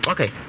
Okay